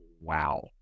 wow